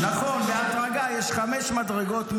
נכון, בהדרגה, יש חמש מדרגות.